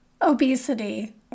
obesity